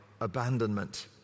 abandonment